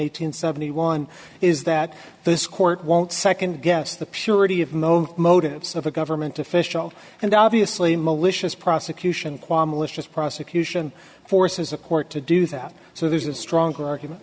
hundred seventy one is that this court won't second guess the purity of known motives of a government official and obviously malicious prosecution quam alicia's prosecution forces a court to do that so there's a stronger argument